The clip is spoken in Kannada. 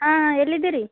ಹಾಂ ಹಾಂ ಎಲ್ಲಿದ್ದೀರಿ